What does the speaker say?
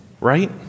Right